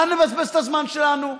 מה נבזבז את הזמן שלנו?